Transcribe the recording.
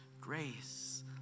grace